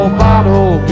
bottle